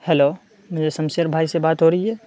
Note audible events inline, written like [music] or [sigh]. hello [unintelligible] شمشیر بھائی سے بات ہو رہی ہے